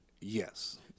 yes